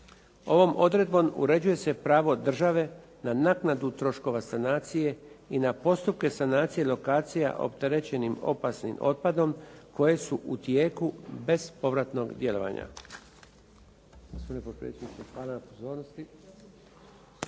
ovom odredbom uređuje se pravo države na naknadu troškova sanacije i na postupke sanacije i lokacija opterećenim opasnim otpadom koje su u tijeku bez povratnog djelovanja.